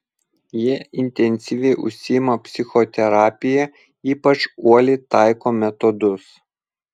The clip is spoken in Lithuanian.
jie intensyviai užsiima psichoterapija ypač uoliai taiko metodus